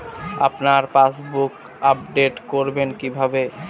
আপনার passbook update করবেন কিভাবে?